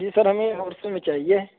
جی sir ہمیں میں چاہیے